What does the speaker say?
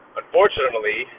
unfortunately